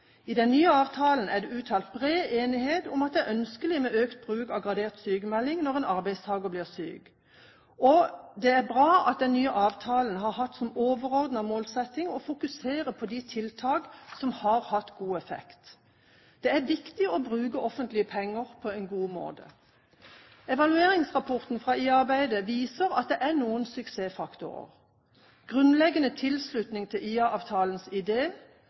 I den nye avtalen er det uttalt bred enighet om at det er ønskelig med økt bruk av gradert sykmelding når en arbeidstaker blir syk. Og det er bra at den nye avtalen har hatt som overordnet målsetting å fokusere på de tiltak som har hatt god effekt. Det er viktig å bruke offentlige penger på en god måte. Evalueringsrapporten fra IA-arbeidet viser at det er noen suksessfaktorer. Grunnleggende tilslutning til